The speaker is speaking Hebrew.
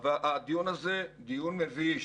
הדיון הזה דיון מביש.